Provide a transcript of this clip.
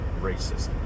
racist